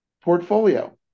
portfolio